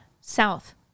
South